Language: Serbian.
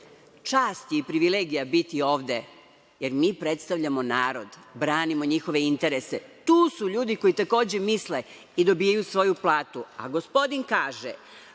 je i privilegija biti ovde, jer mi predstavljamo narod, branimo njihove interese. Tu su ljudi koji takođe misle i dobijaju svoju platu, a gospodin kaže: